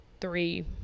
three-